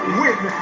win